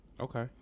Okay